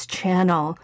channel